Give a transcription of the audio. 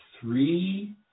three